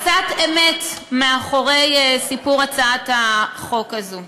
קצת מהאמת שמאחורי סיפור הצעת החוק הזאת.